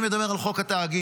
אני מדבר על חוק התאגיד.